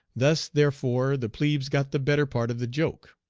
thus, therefore, the plebes got the better part of the joke.